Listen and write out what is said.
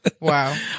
wow